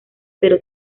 pero